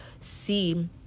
see